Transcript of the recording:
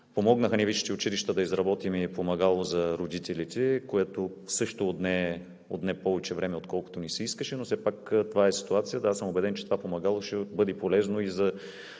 Помогнаха ни висшите училища да изработим и помагало за родителите, което също отне повече време, отколкото ни се искаше, но все пак това е ситуацията. Аз съм убеден, че това помагало ще бъде полезно и